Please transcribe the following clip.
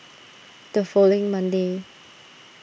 the following Monday